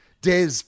Des